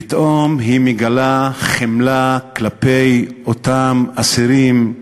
פתאום מגלה חמלה כלפי אותם אסירים,